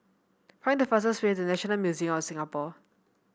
find the fastest way to National Museum of Singapore